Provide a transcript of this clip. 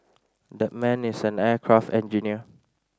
that man is an aircraft engineer